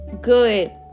good